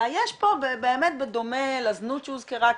אלא יש פה בדומה לזנות שהוזכרה כאן,